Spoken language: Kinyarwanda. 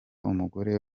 umugore